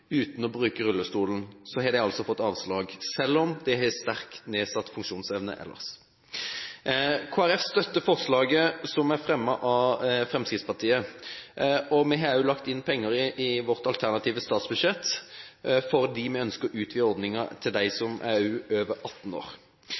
uten å bruke rullestolen, har de fått avslag, selv om de har sterkt nedsatt funksjonsevne ellers. Kristelig Folkeparti støtter forslaget som er fremmet av Fremskrittspartiet. Vi har også lagt inn penger i vårt alternative statsbudsjett, fordi vi ønsker å utvide